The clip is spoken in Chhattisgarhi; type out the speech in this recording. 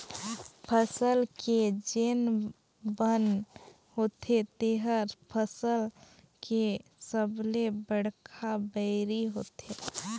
फसल के जेन बन होथे तेहर फसल के सबले बड़खा बैरी होथे